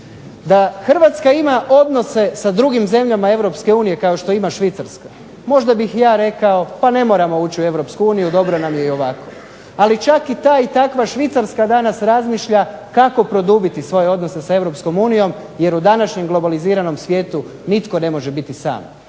da Hrvatska ima odnose sa drugim zemljama Europske unije kao što ima Švicarska možda bih i ja rekao pa ne moramo ući u Europsku uniju, dobro nam je i ovako. Ali čak i ta i takva Švicarska danas razmišlja kako produbiti svoje odnose sa Europskom unijom jer u današnjem globaliziranom svijetu nitko ne može biti sam.